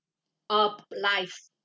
of lives